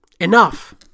Enough